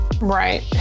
Right